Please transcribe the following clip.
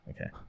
Okay